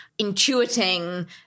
intuiting